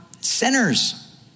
sinners